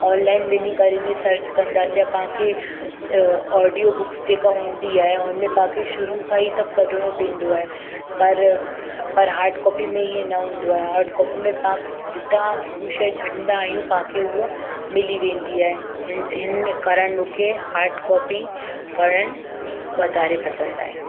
online वञी करे ने सर्च कंदासीं तव्हांखे अ ऑडियो बुक्स जेका हूंदी आहे हुनमें तव्हांखे शुरू खां ई सभु कढणो पईंदो आहे पर पर हाड कॉपी में ईअं न हूंदो आहे हार्ड कॉपी में तव्हां जितां हूअ शइ छॾंदा आहियूं तव्हांखे हूअ मिली वेंदी आहे हिन हिन कारण मूंखे हाड कॉपी पढ़णु वधारे पसंदि आहे